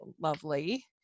lovely